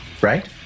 right